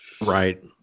Right